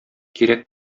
кирәк